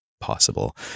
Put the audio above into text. possible